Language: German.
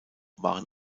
waren